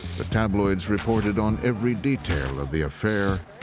the tabloids reported on every detail of the affair,